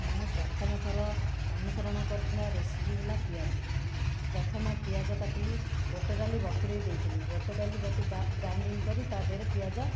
ମୁଁ ପ୍ରଥମଥର ଅନୁସରଣ କରୁଥିବା ରେସିପି ହେଲା ପିଆଜି ପ୍ରଥମେ ପିଆଜ କାଟିଲି ବୁଟଡାଲି ବତୁରାଇ ଦେଇଥିଲି ବୁଟଡାଲି ଗ୍ରାଇଂଡିଙ୍ଗ କରି ତା' ଦେହରେ ପିଆଜ